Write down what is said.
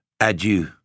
Adieu